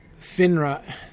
Finra